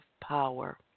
Power